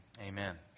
Amen